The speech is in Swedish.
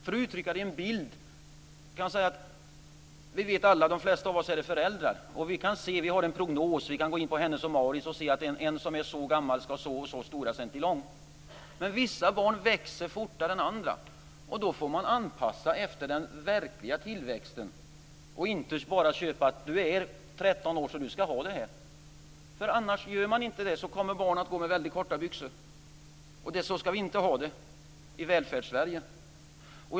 Jag kan uttrycka det i en bild. De flesta av oss är föräldrar, och vi har en prognos. Vi kan gå in på Hennes & Mauritz och se vilken centilong barnen ska ha i en viss ålder. Men vissa barn växer fortare än andra, och då får man anpassa sig efter den verkliga tillväxten och inte bara säga att "du är 13 år och ska ha den här storleken". Om man inte gör det kommer barnen att gå med väldigt korta byxor. Så ska vi inte ha det i Välfärds-Sverige.